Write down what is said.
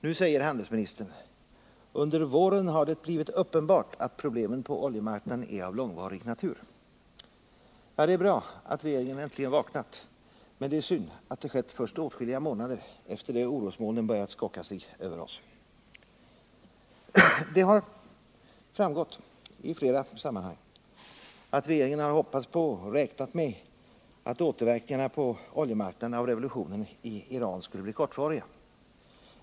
Nu säger handelsministern: ”Under våren har det blivit uppenbart att problemen på oljemarknaden är av långvarig natur.” Ja, det är bra att regeringen äntligen vaknat, men det är synd att det har skett först åtskilliga månader efter det att orosmolnen börjat skocka sig över oss. Det har framgått i flera sammanhang att regeringen har hoppats på och räknat med att återverkningarna på oljemarknaden av revolutionen i Iran skulle bli kortvariga.